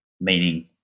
meaning